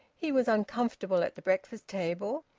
he was uncomfortable at the breakfast-table,